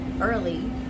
early